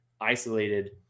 isolated